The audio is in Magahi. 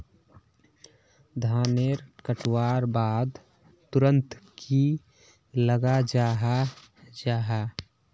धानेर कटवार बाद तुरंत की लगा जाहा जाहा?